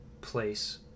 place